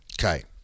Okay